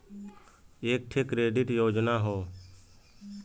एक ठे क्रेडिट योजना हौ